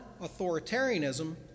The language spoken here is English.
authoritarianism